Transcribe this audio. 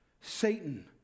Satan